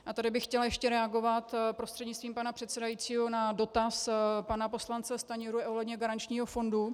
A tady bych chtěla ještě reagovat prostřednictvím pana předsedajícího na dotaz pana poslance Stanjury ohledně garančního fondu.